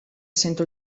sento